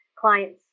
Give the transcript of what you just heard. clients